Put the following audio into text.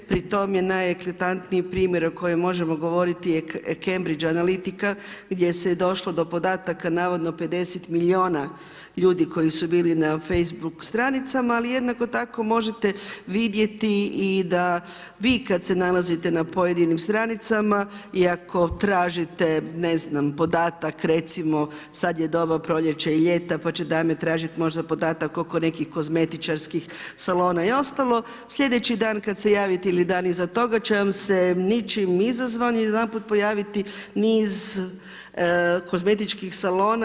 Pri tom je najeklatantniji primjer o kojem možemo govoriti Cambridge analytika gdje je se došlo do podataka navodno 50 milijuna ljudi koji su bili na Facebook stranicama, ali jednako tako možete vidjeti i da vi kada se nalazite na pojedinim stranicama i ako tražite ne znam podatak recimo, sada je doba proljeća, ljeta pa će dame tražiti možda podatak oko nekih kozmetičarskih salona i ostalo, sljedeći dan kad se javite ili dan iza toga će vam se ničim izazvanim odjedanput pojaviti niz kozmetičkih salona.